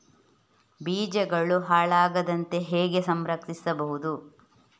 ಬೀಜಗಳು ಹಾಳಾಗದಂತೆ ಹೇಗೆ ಸಂರಕ್ಷಿಸಬಹುದು?